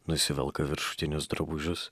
nusivelka viršutinius drabužius